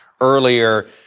earlier